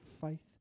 faith